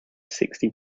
sixty